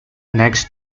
next